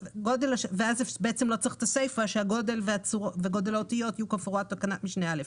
אז לא צריך את הסיפה שהגודל וגודל האותיות יהיו כמפורט בתקנת משנה (א).